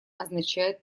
означает